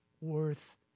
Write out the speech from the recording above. worth